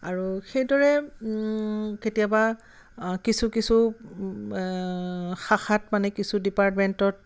আৰু সেইদৰে কেতিয়াবা কিছু কিছু শাখাত মানে কিছু ডিপাৰ্টমেণ্টত